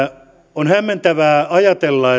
on hämmentävää ajatella